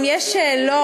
אם יש שאלות,